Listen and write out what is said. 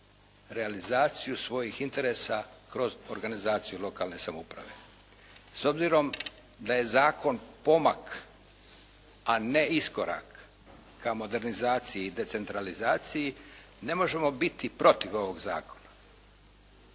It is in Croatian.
realizaciju svojih interesa kroz organizaciju lokalne samouprave. S obzirom da je zakon pomak, a ne iskorak ka modernizaciji i decentralizaciji, ne možemo biti protiv ovog zakona,